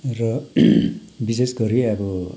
र विशेष गरी अब